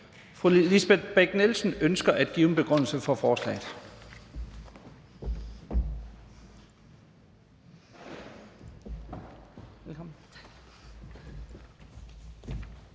Fru Lisbeth Bech-Nielsen ønsker at give en begrundelse for forslaget.